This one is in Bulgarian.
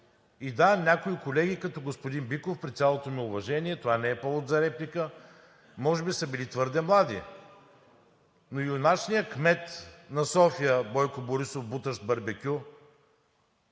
И да, някои колеги като господин Биков, при цялото ми уважение това не е повод за реплика, може би са били твърде млади. Но юначният кмет на София Бойко Борисов – бутащ барбекю,